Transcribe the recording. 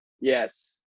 Yes